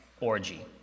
orgy